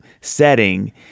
setting